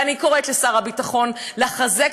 ואני קוראת לשר הביטחון לחזק,